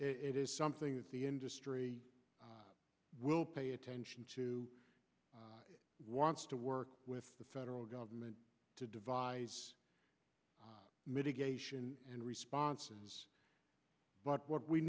it is something that the industry will pay attention to wants to work with the federal government to devise mitigation and responses but what we